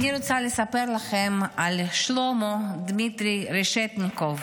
אני רוצה לספר לכם על שלמה דמיטרי רשטניקוב,